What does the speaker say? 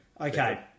Okay